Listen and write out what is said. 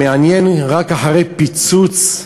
מעניין שרק אחרי פיצוץ,